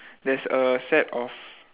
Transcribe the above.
there's a set of